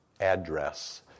address